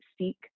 seek